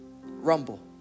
Rumble